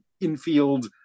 infield